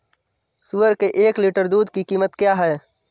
सुअर के एक लीटर दूध की कीमत क्या है?